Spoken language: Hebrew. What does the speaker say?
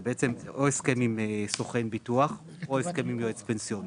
זה בעצם או הסכם עם סוכן ביטוח או הסכם עם יועץ פנסיוני.